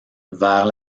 vers